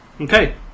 Okay